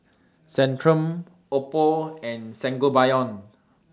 Centrum Oppo and Sangobion